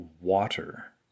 water